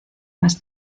más